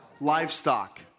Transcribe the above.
livestock